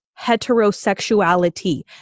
heterosexuality